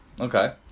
Okay